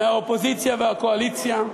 מהאופוזיציה והקואליציה,